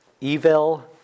evil